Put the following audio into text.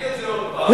תגיד את זה עוד פעם,